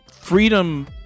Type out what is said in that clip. freedom